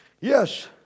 Yes